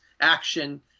action